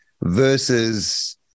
versus